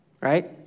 right